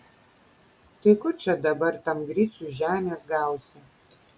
tai kur čia dabar tam griciui žemės gausi